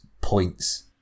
points